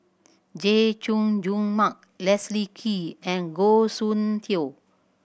Chay Jung Jun Mark Leslie Kee and Goh Soon Tioe